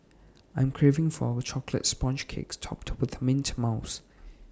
I'm craving for A Chocolate Sponge Cake Topped with Mint Mousse